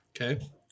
Okay